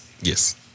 Yes